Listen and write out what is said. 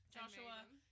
Joshua